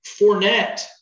Fournette